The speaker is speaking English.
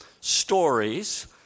stories